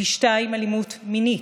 פי שניים אלימות מינית,